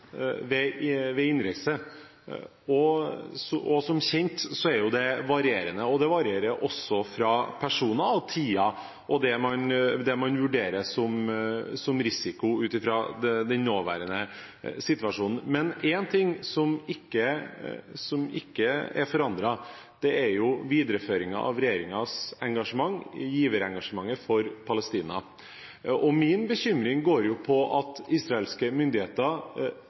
ved innreise, og som kjent er det varierende, og det varierer også fra personer og tider og det man vurderer som risiko ut fra den nåværende situasjonen. Men én ting som ikke er forandret, er videreføringen av regjeringens engasjement, giverengasjementet for Palestina. Min bekymring går på at israelske myndigheter